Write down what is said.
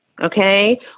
okay